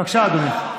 בבקשה, אדוני.